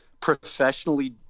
professionally